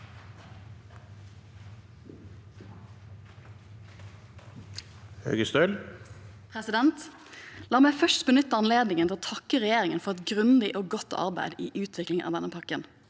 La meg først benytte anledningen til å takke regjeringen for et grundig og godt arbeid i utviklingen av denne pakken